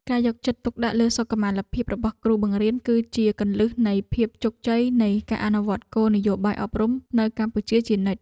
ការយកចិត្តទុកដាក់លើសុខុមាលភាពរបស់គ្រូបង្រៀនគឺជាគន្លឹះនៃភាពជោគជ័យនៃការអនុវត្តគោលនយោបាយអប់រំនៅកម្ពុជាជានិច្ច។